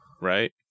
right